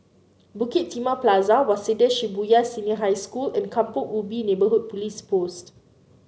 Bukit Timah Plaza Waseda Shibuya Senior High School and Kampong Ubi Neighbourhood Police Post